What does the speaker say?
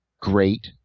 great